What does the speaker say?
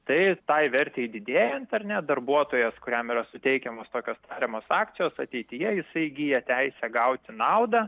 tai tai vertei didėjant ar ne darbuotojas kuriam yra suteikiamos tokios tariamos akcijos ateityje jisai įgyja teisę gauti naudą